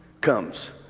comes